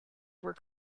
were